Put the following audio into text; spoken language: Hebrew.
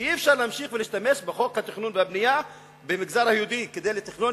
אי-אפשר להמשיך להשתמש בחוק התכנון והבנייה במגזר היהודי כדי לתכנן